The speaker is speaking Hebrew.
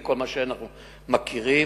וכל מה שאנחנו מכירים.